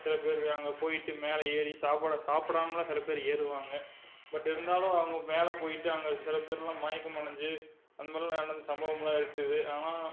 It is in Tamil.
சிலபேர் அங்கே போயிட்டு மேலே ஏறி சாப்பிட சாப்பிடாமலாம் சிலபேர் ஏறுவாங்கள் பட் இருந்தாலும் அவங்க மேலே போயிட்டு அங்கே சிலபேர்லாம் மயக்கம் அடைஞ்சு அந்த மாதிரிலாம் நடந்த சம்பவம்லாம் இருக்குது ஆனால்